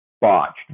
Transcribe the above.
botched